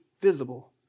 visible